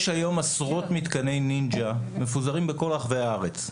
יש היום עשרות מתקני נינג'ה שמפוזרים בכל רחבי הארץ.